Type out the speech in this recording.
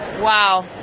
Wow